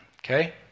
Okay